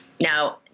Now